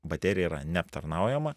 baterija yra neaptarnaujama